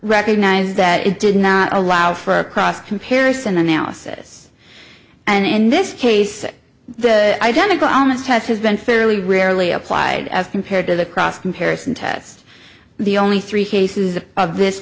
recognize that it did not allow for a cross comparison analysis and in this case the identical onus test has been fairly rarely applied as compared to the cross comparison test the only three cases of this